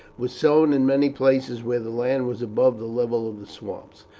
was sown in many places where the land was above the level of the swamps.